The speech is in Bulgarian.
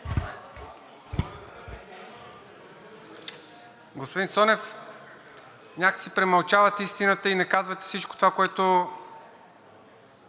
Господин Цонев, някак си премълчавате истината и не казвате всичко това, което